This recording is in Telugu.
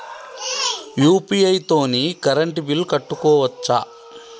యూ.పీ.ఐ తోని కరెంట్ బిల్ కట్టుకోవచ్ఛా?